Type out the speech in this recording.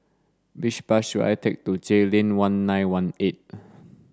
which bus should I take to Jayleen one nine one eight